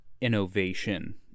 innovation